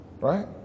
right